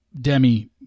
Demi